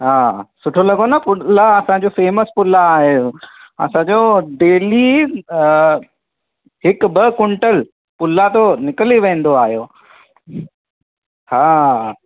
हा सुठो लॻो न फ़ूड पुलाउ असांजो फ़ेमस पुलाउ आहे असांजो डेली हिकु ॿ कुंटल पुलाउ त निकिली वेंदो आयो हा